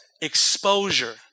exposure